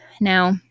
Now